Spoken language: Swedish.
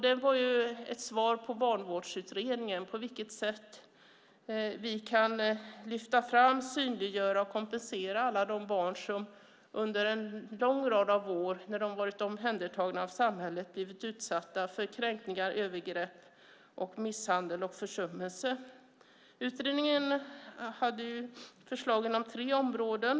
Den var ett svar på Barnvårdsutredningen om på vilket sätt vi kan lyfta fram, synliggöra och kompensera alla de barn som under en lång rad av år när de varit omhändertagna av samhället blivit utsatta för kränkningar, övergrepp, misshandel och försummelse. Utredningen hade förslag på tre områden.